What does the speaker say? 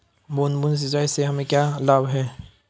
बूंद बूंद सिंचाई से हमें क्या लाभ है?